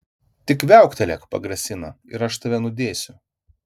tik viauktelėk pagrasina ir aš tave nudėsiu